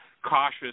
Cautious